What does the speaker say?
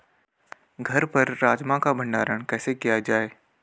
घर पर राजमा का भण्डारण कैसे किया जाय?